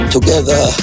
Together